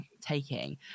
taking